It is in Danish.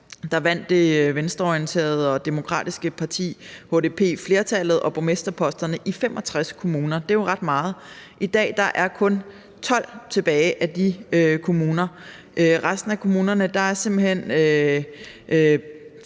siden vandt det venstreorienterede og demokratiske parti HDP flertallet og borgmesterposterne i 65 kommuner. Det er ret meget. I dag har de kun 12 tilbage af de kommuner, for resten af kommunerne er blevet